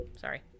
Sorry